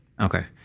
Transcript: Okay